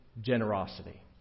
generosity